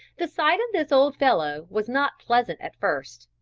the sight of this old fellow was not pleasant at first,